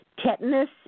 Tetanus